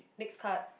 next card